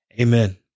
Amen